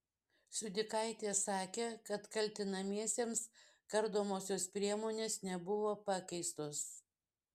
siudikaitė sakė kad kaltinamiesiems kardomosios priemonės nebuvo pakeistos